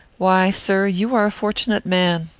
why, sir, you are a fortunate man.